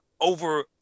over